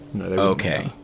Okay